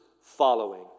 following